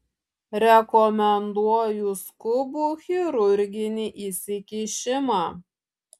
rekomenduoju skubų chirurginį įsikišimą